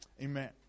Amen